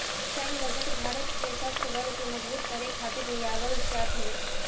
सैन्य बजट भारत के शस्त्र बल के मजबूत करे खातिर लियावल जात हवे